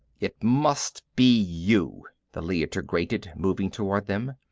it must be you, the leiter grated, moving toward them.